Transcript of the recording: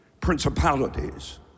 Principalities